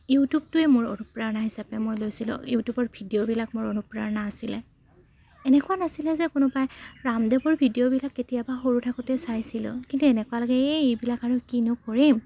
ইউটিউবটোৱে মোৰ অনুপেৰণা হিচাপে মই লৈছিলোঁ ইউটিউবৰ ভিডিঅ'বিলাক মোৰ অনুপ্ৰেৰণা আছিলে এনেকুৱা নাছিলে যে কোনোবাই ৰামদেৱৰ ভিডিঅ'বিলাক কেতিয়াবা সৰু থাকোঁতে চাইছিলোঁ কিন্তু এনেকুৱা লাগে এ এইবিলাক আৰু কিনো কৰিম